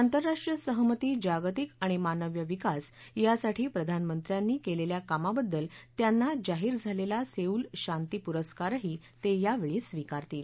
आंतरराष्ट्रीय सहमती जागतिक आणि मानव्य विकास यासाठी प्रधानमंत्र्यांनी केलेल्या कामाबद्दल त्यांना जाहीर झालेला सेऊल शांती पुरस्कारही ते यावेळी स्वीकारतील